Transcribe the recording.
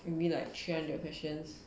maybe like three hundred questions